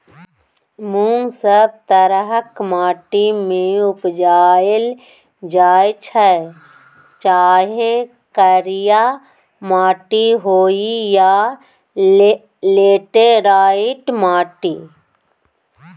मुँग सब तरहक माटि मे उपजाएल जाइ छै चाहे करिया माटि होइ या लेटेराइट माटि